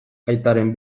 aitaren